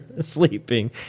sleeping